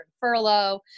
furlough